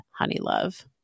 Honeylove